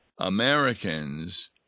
Americans